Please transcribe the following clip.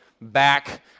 back